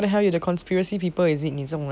what the hell you the conspiracy people is it 你这种人